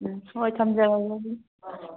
ꯎꯝ ꯍꯣꯏ ꯊꯝꯖꯔꯒꯦ ꯑꯗꯨꯗꯤ